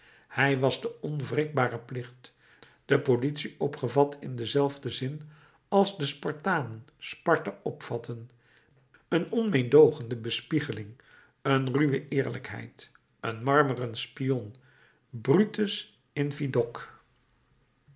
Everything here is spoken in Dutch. hij was de onwrikbare plicht de politie opgevat in denzelfden zin als de spartanen sparta opvatteden een onmeedoogende bespieding een ruwe eerlijkheid een marmeren spion brutus in vidocq